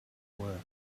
work